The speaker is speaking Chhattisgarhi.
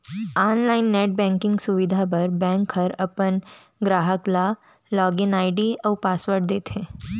आनलाइन नेट बेंकिंग सुबिधा बर बेंक ह अपन गराहक ल लॉगिन आईडी अउ पासवर्ड देथे